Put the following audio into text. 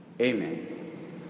Amen